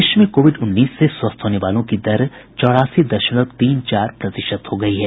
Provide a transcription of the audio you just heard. देश में कोविड उन्नीस से स्वस्थ होने वालों की दर चौरासी दशमलव तीन चार प्रतिशत हो गई है